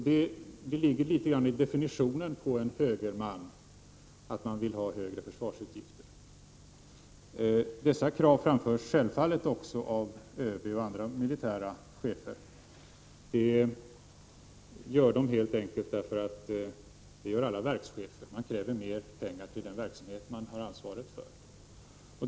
Det ligger litet grand i definitionen på en högerman att vilja ha högre försvarsutgifter. Dessa krav framförs självfallet också av ÖB och andra militära chefer. De gör det helt enkelt därför att alla verkschefer gör så — man kräver mer pengar till den verksamhet som man har ansvar för.